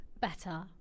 better